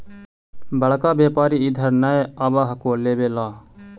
बड़का व्यापारि इधर नय आब हको लेबे ला?